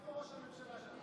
איפה ראש הממשלה שלך?